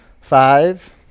Five